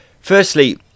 Firstly